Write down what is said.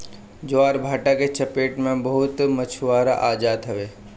ज्वारभाटा के चपेट में बहुते मछुआरा आ जात हवन